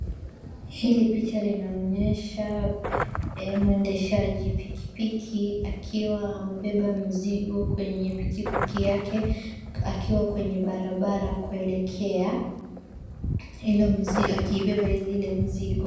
Hili picha linaonyesha mwendeshaji pikipiki akiwa amebeba mizigo kwenye pikipiki yake akiwa kwenye barabara kuelekea akiibeba ile mizigo.